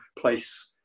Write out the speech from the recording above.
place